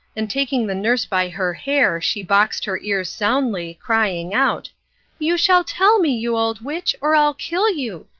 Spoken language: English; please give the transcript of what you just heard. and taking the nurse by her hair she boxed her ears soundly, crying out you shall tell me, you old witch, or i'll kill you.